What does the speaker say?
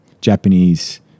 Japanese